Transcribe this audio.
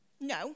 No